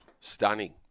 stunning